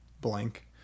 blank